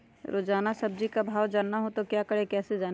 रोजाना सब्जी का भाव जानना हो तो क्या करें कैसे जाने?